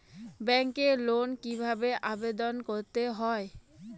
ব্যাংকে লোন কিভাবে আবেদন করতে হয়?